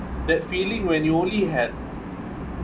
that feeling when you only had